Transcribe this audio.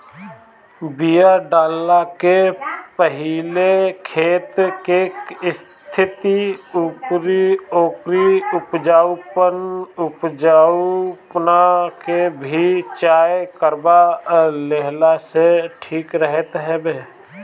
बिया डालला के पहिले खेत के स्थिति अउरी ओकरी उपजाऊपना के भी जांच करवा लेहला से ठीक रहत हवे